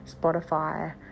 spotify